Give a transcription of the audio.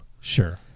Sure